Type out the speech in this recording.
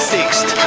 Sixth